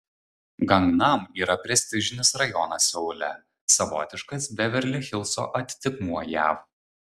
gangnam yra prestižinis rajonas seule savotiškas beverli hilso atitikmuo jav